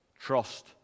trust